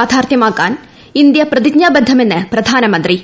യാഥാർത്ഥ്യമാക്കാൻ ഇന്ത്യ പ്രതിജ്ഞാബദ്ധമെന്ന് പ്രധാനമന്ത്രി